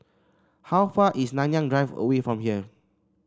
how far is Nanyang Drive away from here